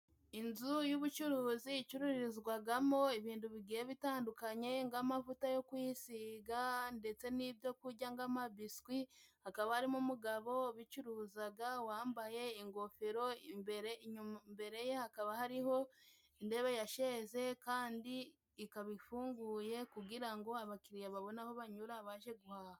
Inzu y'ubucuruzi icururizwagamo ibintu bigiye bitandukanye, ng'amavuta yo kwisiga ndetse n'ibyo kurya ng'amabiswi. Hakaba harimo umugabo ubicuruzaga wambaye ingofero. imbere, inyuma, imbere ye hakaba hariho indebe ya sheze kandi ikaba ifunguye kugira ngo abakiriya babone aho banyura baje guhaha.